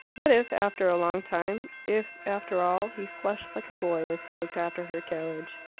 what if after a long time if after all he flushed like a boy as he looked after her carriage.